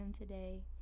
today